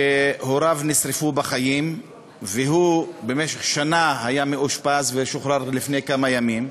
שהוריו נשרפו בחיים והוא במשך שנה היה מאושפז ושוחרר לפני כמה ימים,